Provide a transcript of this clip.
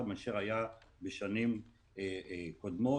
בגלל שאנחנו מאשרים פה את העמותות.